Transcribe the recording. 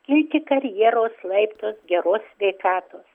kilti karjeros laiptus geros sveikatos